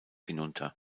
hinunter